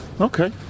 Okay